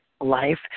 Life